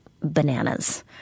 bananas